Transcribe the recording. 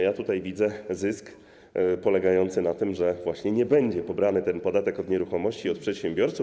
Ja tutaj widzę zysk polegający na tym, że właśnie nie będzie pobrany ten podatek od nieruchomości od przedsiębiorców.